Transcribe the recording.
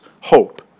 hope